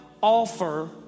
offer